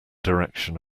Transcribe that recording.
direction